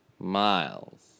Miles